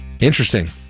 interesting